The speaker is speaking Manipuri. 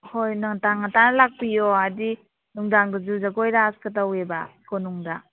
ꯍꯣꯏ ꯉꯟꯇꯥꯅ ꯂꯥꯛꯄꯤꯌꯣ ꯍꯥꯏꯗꯤ ꯅꯨꯡꯗꯥꯡꯗꯁꯨ ꯖꯒꯣꯏ ꯔꯥꯖꯀ ꯇꯧꯋꯦꯕ ꯀꯣꯅꯨꯡꯗ